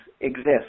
exist